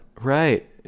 Right